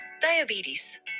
diabetes